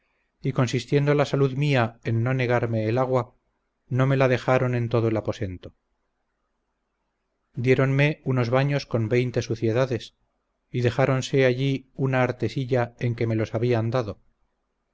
y consistiendo la salud mía en no negarme el agua no me la dejaron en todo el aposento diéronme unos baños con veinte suciedades y dejáronse allí una artesilla en que me los habían dado